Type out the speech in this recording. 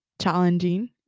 challenging